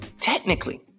technically